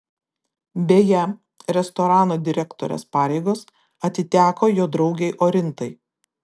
beje restorano direktorės pareigos atiteko jo draugei orintai